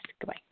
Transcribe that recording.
Goodbye